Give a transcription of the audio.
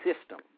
system